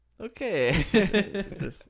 okay